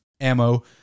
ammo